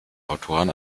autoren